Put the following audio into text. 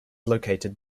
located